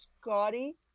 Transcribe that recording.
Scotty